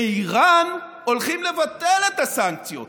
באיראן הולכים לבטל את הסנקציות,